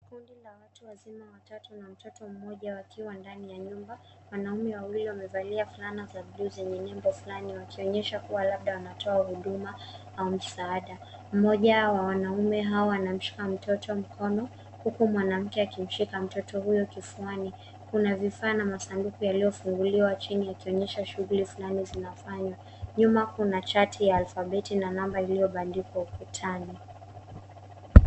Kundi la watu wazima watatu na mtoto mmoja wakiwa ndani ya nyumba. Wanaume wawili wamevalia fulana za buluu zenye nembo fulani wakionesha kuwa labda wanatoa huduma au msaada. Mmoja wa wanaume hawa wanamshika mtoto mkono huku mwanamke akimshika mtoto huyo kifuani. Kuna vifaa na masanduku yaliyofunguliwa chini yakionesha shughuli fulani zinafanywa. Nyuma kuna chati ya alfabeti na namba iliyobandikwa ukutani.